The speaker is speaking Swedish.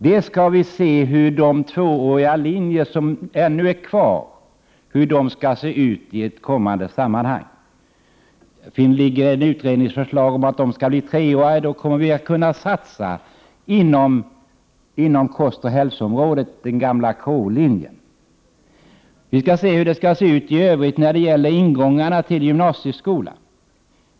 Dels skall vi se hur de tvååriga linjer som ännu är kvar skall se ut — om det föreligger ett utredningsförslag om att de skall bli treåriga, kommer vi att kunna satsa inom kostoch hälsoområdet, den gamla k-linjen —, dels skall vi se hur det i övrigt skall se ut när det gäller ingångarna till gymnasieskolan.